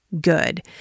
good